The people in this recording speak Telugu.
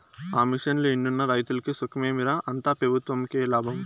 ఆ మిషన్లు ఎన్నున్న రైతులకి సుఖమేమి రా, అంతా పెబుత్వంకే లాభం